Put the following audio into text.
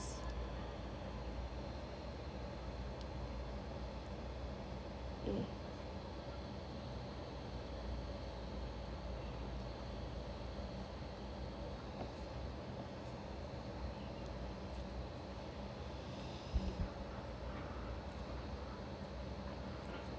mm